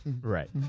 Right